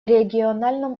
региональном